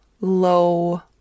low